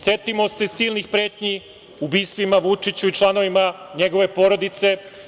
Setimo se silnih pretnji, ubistvima Vučiću i članovima njegove porodice.